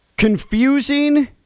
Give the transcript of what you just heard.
confusing